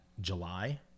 July